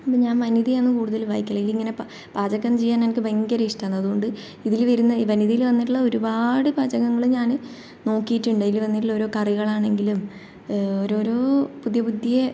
അപ്പം ഞാൻ വനിതയാണ് കൂടുതലും വായിക്കല് ഇതിൽ ഇങ്ങനെ പാചകം ചെയ്യാൻ എനിക്ക് ഭയങ്കര ഇഷ്ടമാണ് അതുകൊണ്ട് ഇതിൽ വരുന്ന ഈ വനിതയിൽ വന്നിട്ടുള്ള ഒരുപാട് പാചകങ്ങളും ഞാൻ നോക്കിയിട്ടുണ്ട് ഇതിൽ വന്നിട്ടുള്ള ഓരോ കറികളാണെങ്കിലും ഓരോരോ പുതിയ പുതിയ